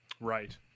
Right